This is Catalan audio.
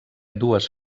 dues